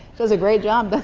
does a great job, but